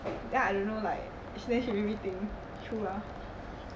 then I don't know like she say she make me think true lah